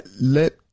Let